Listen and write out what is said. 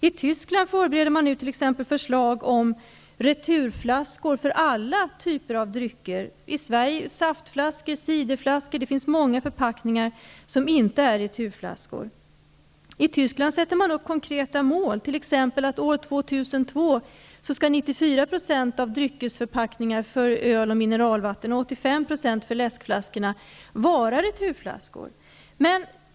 I Tyskland förbereder man t.ex. förslag om returflaskor för alla typer av drycker. Det finns många flaskor som inte är returflaskor, som saftflaskor och ciderflaskor. I Tyskland sätter man upp konkreta mål, som att år 2002 94 % av dryckesförpackningar för öl och mineralvatten och 85 % av läskflaskorna skall vara returflaskor.